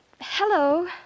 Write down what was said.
Hello